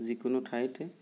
যিকোনো ঠাইতে